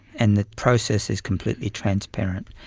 and the process is completely transparent,